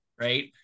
right